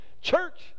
Church